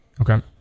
Okay